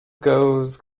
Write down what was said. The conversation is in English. goes